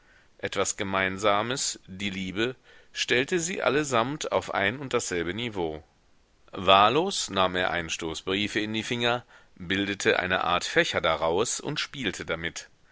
etwas gemeinsames die liebe stellte sie allesamt auf ein und dasselbe niveau wahllos nahm er einen stoß briefe in die finger bildete eine art fächer daraus und spielte damit